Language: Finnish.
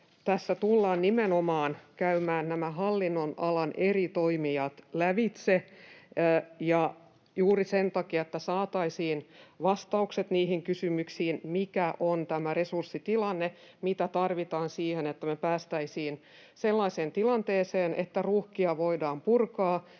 Tässä tullaan nimenomaan käymään hallinnonalan eri toimijat lävitse ja juuri sen takia, että saataisiin vastaukset niihin kysymyksiin, mikä on resurssitilanne, mitä tarvitaan siihen, että me päästäisiin sellaiseen tilanteeseen, että ruuhkia voidaan purkaa,